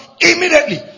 immediately